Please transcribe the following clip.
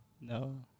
No